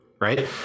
right